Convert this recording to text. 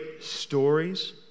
stories